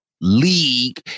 league